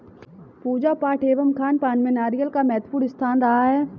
पूजा पाठ एवं खानपान में नारियल का महत्वपूर्ण स्थान रहा है